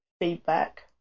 feedback